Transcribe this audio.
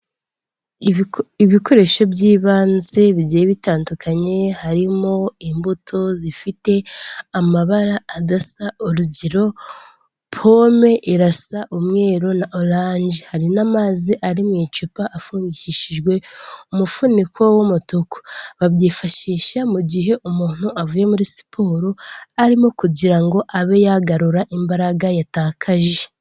Ibikoresho by'ibanze bigiye bitandukanye harimo imbuto zifite amabara adasa urugero pome irasa umweru na orange hari n'amazi ari mu icupa afudikishijwe umufuniko w'umutuku babyifashisha mu gihe umuntu avuye muri siporo arimo kugira ngo abe yagarura imbaraga yatakaje.